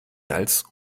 als